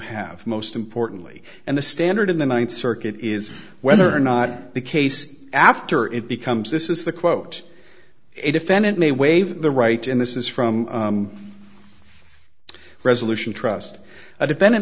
have most importantly and the standard in the ninth circuit is whether or not the case after it becomes this is the quote a defendant may waive the right in this is from resolution trust a defendant